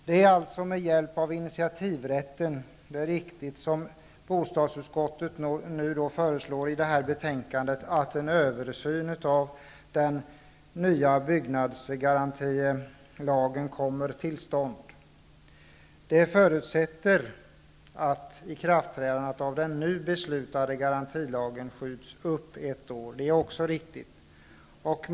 Det är med hjälp av initiativrätten -- det är riktigt -- som bostadsutskottet i detta betänkande föreslår att en översyn av den nya byggnadsgarantilagen kommer till stånd. Det förutsätter att ikraftträdandet av den nu beslutade garantilagen skjuts upp ett år. Det är också riktigt.